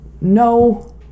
no